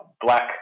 black